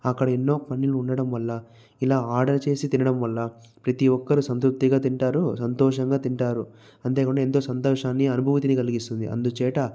అక్కడ ఎన్నో పనులు ఉండడం వల్ల ఇలా ఆర్డర్ చేసి తినడం వల్ల ప్రతి ఒక్కరు సంతృప్తిగా తింటారు సంతోషంగా తింటారు అంతేకాకుండా ఎంతో సంతోషాన్ని అనుభూతిని కలిగిస్తుంది అందుచేత